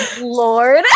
Lord